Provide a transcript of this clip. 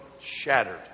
shattered